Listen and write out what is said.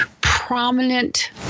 prominent